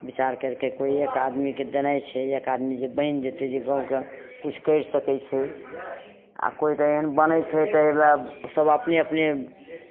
विचार करि कऽ कोइ एक आदमीकेँ देनाइ छै जे एक आदमी जे बनि जेतै जे गाँवके किछु करि सकै छै आ कोइ तऽ एहन बनै छै तऽ हउएह सभ अपने अपने